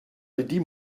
led